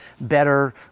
better